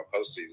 postseason